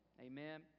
Amen